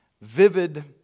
vivid